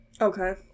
Okay